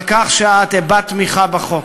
על כך שהבעת תמיכה בחוק.